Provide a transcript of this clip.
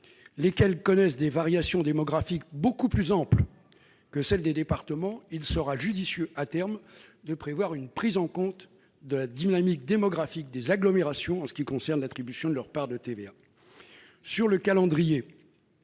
lesquelles connaissent des variations démographiques beaucoup plus amples que celles des départements, il sera judicieux de prévoir à terme une prise en compte de la dynamique démographique des agglomérations dans le calcul de l'attribution de leur part de TVA. Le choix du calendrier